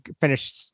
finish